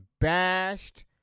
bashed